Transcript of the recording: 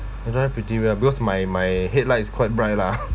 I drive pretty well because my my headlight is quite bright lah